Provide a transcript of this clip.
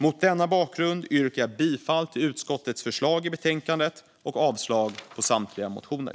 Mot denna bakgrund yrkar jag bifall till utskottets förslag i betänkandet och avslag på samtliga motioner.